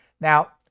now